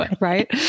right